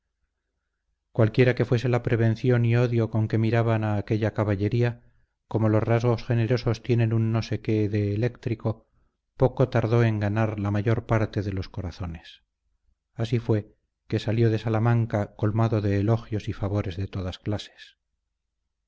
cualquiera que fuese la prevención y odio con que miraban a aquella caballería como los rasgos generosos tienen un no sé qué de eléctrico poco tardó en ganar la mayor parte de los corazones así fue que salió de salamanca colmado de elogios y favores de todas clases